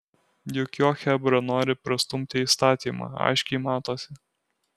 juk jo chebra nori prastumti įstatymą aiškiai matosi